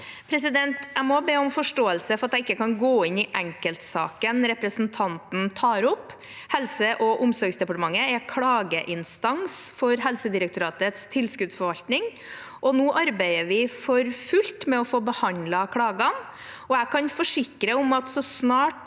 Jeg må be om forståelse for at jeg ikke kan gå inn i enkeltsaken representanten tar opp. Helse- og omsorgsdepartementet er klageinstans for Helsedirektoratets tilskuddsforvaltning, og nå arbeider vi for fullt med å få behandlet klagene. Jeg kan forsikre om at så snart